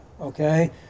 okay